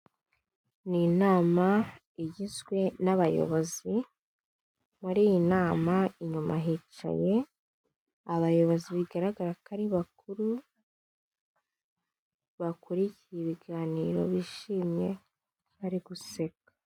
Ni inama igizwe n'abayobozi, muri iyi nama inyuma hicaye abayobozi bigaragara ko ari bakuru, bakurikiye ibiganiro bishimye bari guseka.